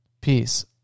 Peace